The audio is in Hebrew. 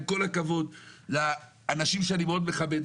עם כל הכבוד לאנשים שאני מאוד מכבד.